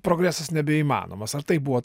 progresas nebeįmanomas ar tai buvo